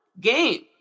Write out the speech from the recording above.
game